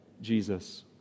Jesus